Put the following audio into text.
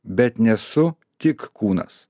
bet nesu tik kūnas